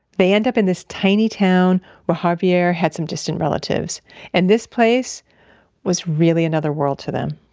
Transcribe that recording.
they end up in this tiny town where javier had some distant relatives and this place was really another world to them